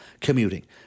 commuting